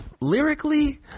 lyrically